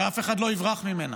שאף אחד לא יברח ממנה.